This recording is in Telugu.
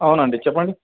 అవునండి చెప్పండి